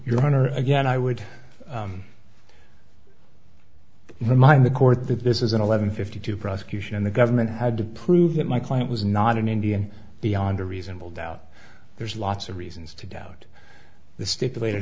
your honor again i would remind the court that this is an eleven fifty two prosecution and the government had to prove that my client was not an indian beyond a reasonable doubt there's lots of reasons to doubt the stipulated